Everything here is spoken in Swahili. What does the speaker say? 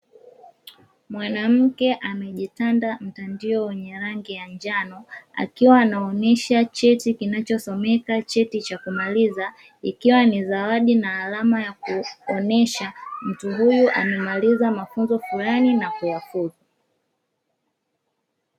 Mwanamke amejitanda mtandio wenye rangi njano akiwa anaonesha cheti kinachosomeka cheti cha kumaliza. Ikiwa ni zawadi na alama ya kuonyesha mtu huyu amemaliza mafunzo fulani na kuhitimu.